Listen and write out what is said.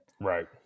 Right